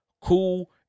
cool